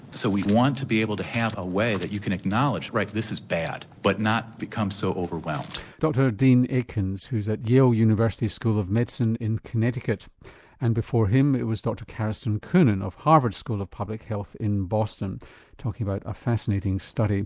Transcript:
so we want to be able to have a way that you can acknowledge right, this is bad but not become so overwhelmed. dr deane aikins who's at yale university school of medicine in connecticut and before him was dr karestan koenen of harvard school of public health in boston talking about a fascinating study